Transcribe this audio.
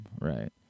Right